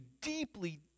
deeply